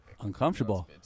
Uncomfortable